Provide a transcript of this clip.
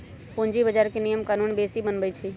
पूंजी बजार के नियम कानून सेबी बनबई छई